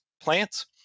plants